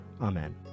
Amen